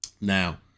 Now